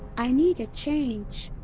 i need a change.